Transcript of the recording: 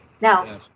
Now